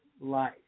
life